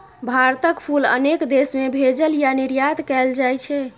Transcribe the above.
भारतक फूल अनेक देश मे भेजल या निर्यात कैल जाइ छै